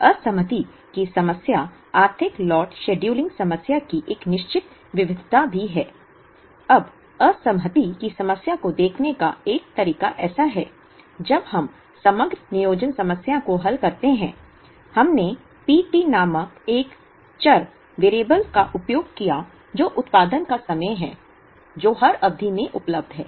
असहमति की समस्या आर्थिक लॉट शेड्यूलिंग समस्या की एक निश्चित विविधता भी है अब असहमति की समस्या को देखने का एक तरीका ऐसा है जब हम समग्र नियोजन समस्या को हल करते हैं हमने P t नामक एक चर का उपयोग किया जो उत्पादन का समय है जो हर अवधि में उपलब्ध है